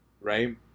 Right